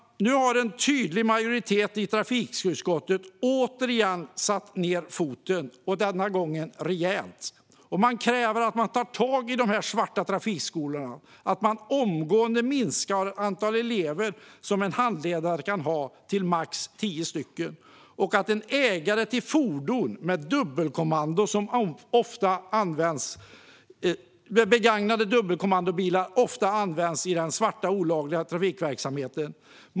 Nu har en tydlig majoritet i trafikutskottet återigen satt ned foten - och denna gång rejält. Utskottet kräver att man tar tag i de svarta trafikskolorna och att antalet tillstånd för elever som en handledare kan tilldelas begränsas till max tio. Ofta används begagnade bilar med dubbelkommando i den svarta, olagliga trafikverksamheten.